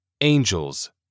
Angels